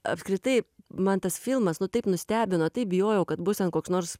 apskritai man tas filmas nu taip nustebino taip bijojau kad bus ten koks nors